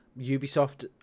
ubisoft